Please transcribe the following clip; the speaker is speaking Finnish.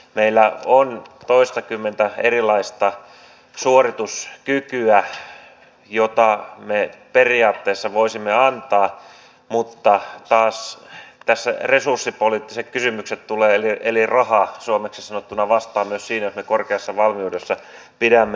meillä on toistakymmentä erilaista suorituskykyä joita me periaatteessa voisimme antaa mutta taas tässä resurssipoliittiset kysymykset tulevat eli raha suomeksi sanottuna vastaan myös siinä jos me korkeassa valmiudessa pidämme